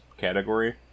category